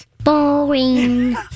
boring